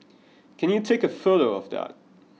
can you take a photo of that